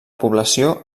població